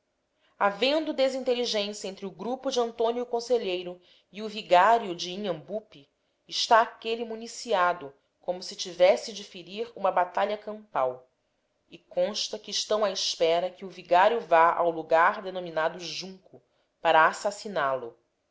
havendo desinteligência entre o grupo de antônio conselheiro e o vigário de inhambupe está aquele municiado como se tivesse de ferir uma batalha campal e consta que estão à espera que o vigário vá ao lugar denominado junco para assassiná-lo